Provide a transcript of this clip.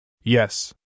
Yes